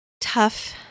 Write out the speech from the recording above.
tough